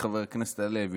חבר הכנסת הלוי?